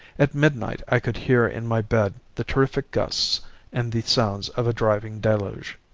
at midnight i could hear in my bed the terrific gusts and the sounds of a driving deluge.